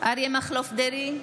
אריה מכלוף דרעי,